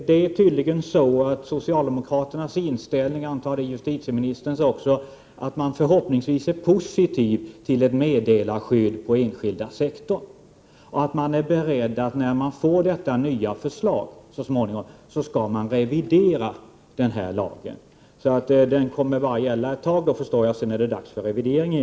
Det är tydligen så att socialdemokraternas inställning — och jag antar även justitieministerns — är att man inom den enskilda sektorn förhoppningsvis är positiv till ett meddelarskydd och att denna lag, när så småningom det nya förslaget föreligger, skall revideras. Såvitt jag förstår kommer alltså lagen bara att gälla en kortare tid för att sedan revideras.